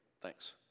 thanks